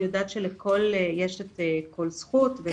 אני יודעת שיש את כל זכות והמידע הזה נמצא.